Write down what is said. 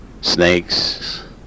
snakes